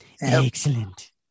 Excellent